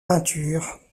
peintures